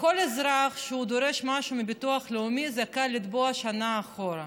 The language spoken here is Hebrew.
כל אזרח שדורש משהו מביטוח לאומי זכאי לתבוע שנה אחורה,